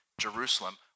Jerusalem